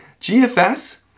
GFS